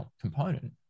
component